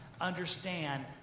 understand